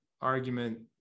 argument